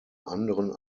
anderen